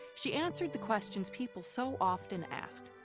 she answered the questions people so often asked.